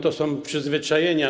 To są przyzwyczajenia.